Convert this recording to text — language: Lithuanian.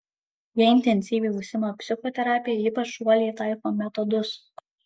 jie intensyviai užsiima psichoterapija ypač uoliai taiko metodus